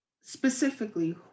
specifically